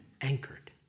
anchored